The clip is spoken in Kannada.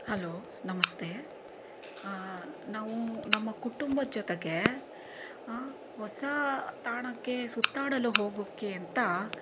ಹಲೋ ನಮಸ್ತೆ ನಾವು ನಮ್ಮ ಕುಟುಂಬದ ಜೊತೆಗೆ ಹಾನ್ ಹೊಸ ತಾಣಕ್ಕೆ ಸುತ್ತಾಡಲು ಹೋಗೋಕ್ಕೆ ಅಂತ